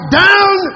down